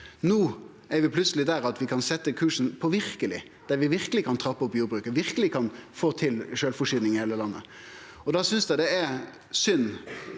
No er vi plutseleg der at vi kan setje kursen mot at vi verkeleg kan trappe opp jordbruket, verkeleg kan få til sjølvforsyning i heile landet. Da synest eg det er synd